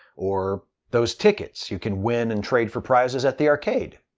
or those tickets you can win and trade for prizes at the arcade.